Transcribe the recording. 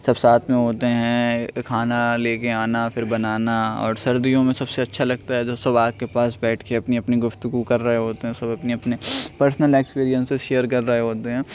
سب ساتھ میں ہوتے ہیں کھانا لے کے آنا پھر بنانا اور سردیوں میں سب سے اچھا لگتا ہے جب سب آگ کے پاس بیٹھ کے اپنی اپنی گفتگو کر رہے ہوتے ہیں سب اپنے اپنے پرسنل لائف ایکسپیرئنسز شیئر کر رہے ہوتے ہیں